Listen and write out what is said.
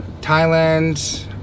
Thailand